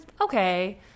okay